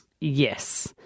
Yes